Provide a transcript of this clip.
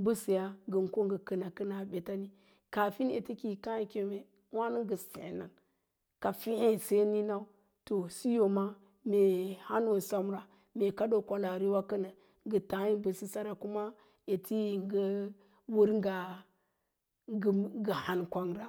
mbəseyaa ngən ko ngə kanakəna aɓetani, kaafin ete ki yi kaa yi keme wáno ngə séé nən ka féé sai niinau, to siyo ma mee hánóó semra, meh kaɗo kwalaariwa kəna ngə tááyi mbəsəsəra ete yi ngə wər ngaa ngə hankwangra